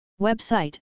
Website